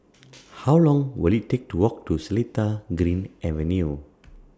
How Long Will IT Take to Walk to Seletar Green Avenue